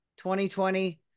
2020